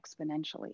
exponentially